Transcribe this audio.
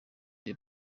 the